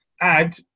add